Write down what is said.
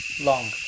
long